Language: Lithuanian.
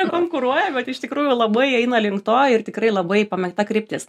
nekonkuruoja bet iš tikrųjų labai eina link to ir tikrai labai pamėgta kryptis